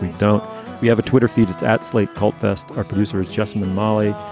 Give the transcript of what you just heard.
don't we have a twitter feed? it's at slate cult fest. our producers just met molly.